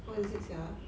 what is it sia